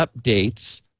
updates